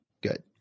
good